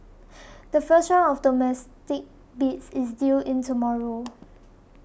the first round of domestic bids is due in tomorrow